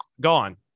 gone